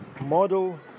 Model